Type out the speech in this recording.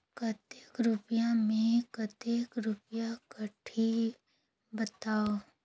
कतेक रुपिया मे कतेक रुपिया कटही बताव?